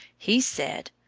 he said,